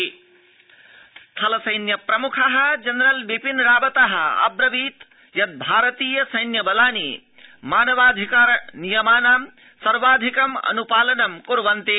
सैन्यप्रमुख स्थल सैन्य प्रमुख जनरल् विपिन रावत अब्रवीत् यद् भारतीय सैन्य बलानि मानवाधिकार नियमानां सर्वाधिकमनुपालनं कुर्वन्ति